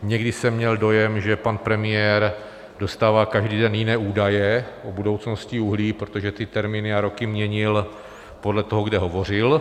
Někdy jsem měl dojem, že pan premiér dostává každý den jiné údaje o budoucnosti uhlí, protože ty termíny a roky měnil podle toho, kde hovořil.